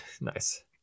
Nice